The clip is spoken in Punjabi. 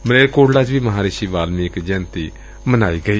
ਮਲੇਰਕੋਟਲਾ ਚ ਵੀ ਮਹਾਂਰਿਸ਼ੀ ਵਾਲਮੀਕ ਜੈਯੰਤੀ ਮਨਾਈ ਗਈ